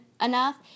enough